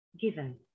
given